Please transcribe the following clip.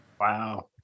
Wow